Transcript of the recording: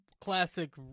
classic